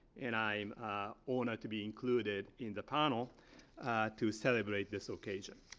and i'm honored to be included in the panel to celebrate this occasion.